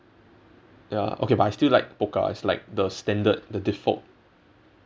ya okay but I still like pokka it's like the standard the default